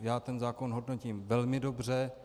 Já ten zákon hodnotím velmi dobře.